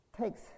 takes